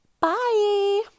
bye